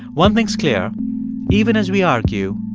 one thing's clear even as we argue,